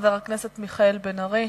חבר הכנסת מיכאל בן-ארי.